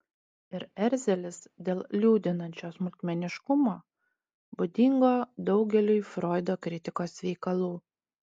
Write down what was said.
ir erzelis dėl liūdinančio smulkmeniškumo būdingo daugeliui froido kritikos veikalų